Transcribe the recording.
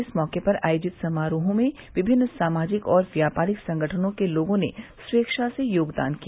इस मौके पर आयोजित समारोहों में विभिन्न सामाजिक और व्यापारिक संगठनों के लोगों ने स्वेच्छा से योगदान किया